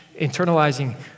internalizing